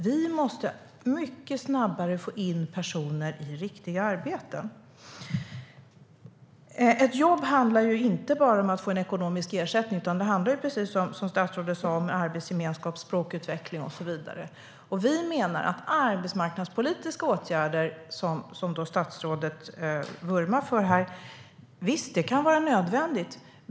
Vi måste mycket snabbare få in personer i riktiga arbeten. Ett jobb handlar ju inte bara om att få ekonomisk ersättning, utan det handlar som statsrådet sa om arbetsgemenskap, språkutveckling och så vidare. Vi menar att arbetsmarknadspolitiska åtgärder, som statsrådet vurmar för, visst kan vara nödvändiga.